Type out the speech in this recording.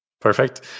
Perfect